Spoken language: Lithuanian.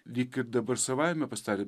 lyg ir dabar savaime pasidarė